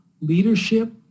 leadership